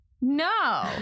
no